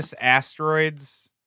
asteroids